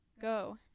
Go